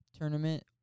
tournament